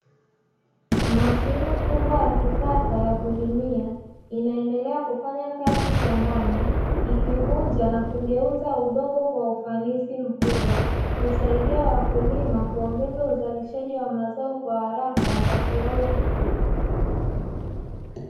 Mashine kubwa ya kisasa ya kulimia inaendelea kufanya kazi shambani, ikivunja na kugeuza udongo kwa ufanisi mkubwa kusaidia wakulima kuongeza uzalishaji wa mazao kwa haraka na kwa kiwango kikubwa.